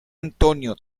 antonio